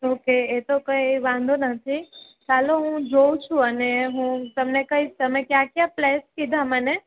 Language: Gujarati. ઓકે એતો કંઇ વાંધો નથી ચાલો હું જોઉ છું અને હું તમને કહીશ તમે ક્યાં ક્યાં પ્લેસ કીધા મને